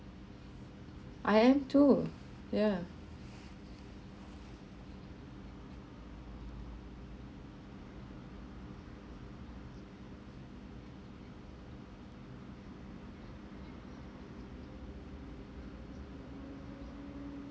I am too yeah